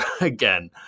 again